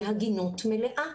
בהגינות מלאה,